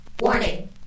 Warning